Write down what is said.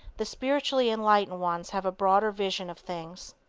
the spiritually enlightened ones have a broader vision of things,